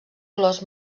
clos